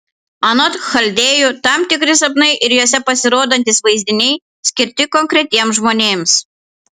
anot chaldėjų tam tikri sapnai ir juose pasirodantys vaizdiniai skirti konkretiems žmonėms